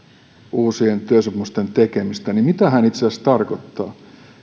uusien työsopimusten tekemistä niin mitä hän itse asiassa tarkoittaa